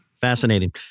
Fascinating